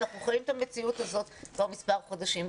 אנחנו חיים את המציאות הזו כבר מספר חודשים.